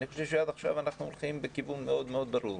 אני חושב שעד עכשיו אנחנו הולכים בכיוון מאוד ברור.